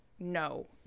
No